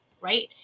right